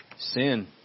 Sin